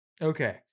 okay